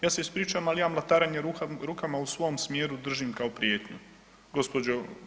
Ja se ispričavam, ali ja mlataranje rukama u svom smjeru držim kao prijetnju gđo.